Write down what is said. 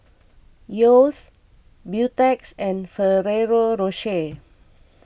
Yeo's Beautex and Ferrero Rocher